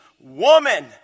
woman